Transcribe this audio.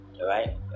right